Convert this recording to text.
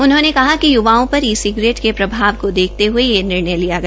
उन्होंने कहा िक य्वाओं पर ई सिगरेट के प्रभाव को देखते हये यह निर्णय लिया गया